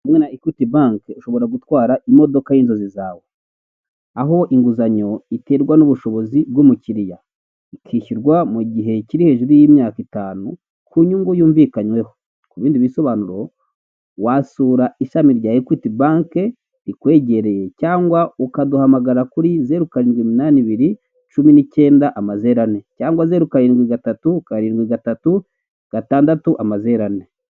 Hamwe na Ekwiti banke ushobora gutwara imodoka y'inzozi zawe aho inguzanyo iterwa n'ubushobozi bw'umukiriya ikishyurwa mu gihe kiri hejuru y'imyaka itanu ku nyungu yumvikanyweho. Ku bindi bisobanuro wasura ishami rya Ekwiti banke rikwegereye cyangwa ukaduhamagara kuri zeru karindwi iminani ibiri cumi nicyenda amazeru ane cyangwa zeru karindwi gatatu karindwi gatatu gatandatu amazeru ane